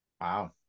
Wow